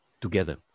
together